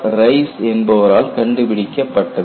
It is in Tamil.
ரைஸ் என்பவரால் கண்டுபிடிக்கப்பட்டது